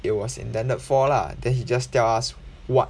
it was intended for lah then he just tell us what